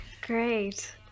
great